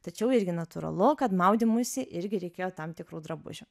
tačiau irgi natūralu kad maudymuisi irgi reikėjo tam tikrų drabužių